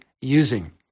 using